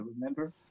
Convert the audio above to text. remember